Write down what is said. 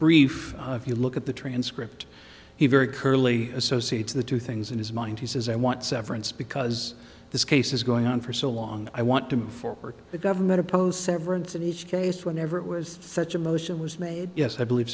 brief if you look at the transcript he very curly associates the two things in his mind he says i want severance because this case is going on for so long i want to move forward the government opposed severance in each case whenever it was such a motion was made yes i believe